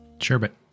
Sherbet